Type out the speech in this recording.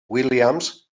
williams